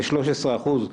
כ-13 אחוז,